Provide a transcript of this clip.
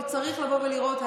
וצריך לבוא ולראות,